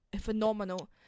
phenomenal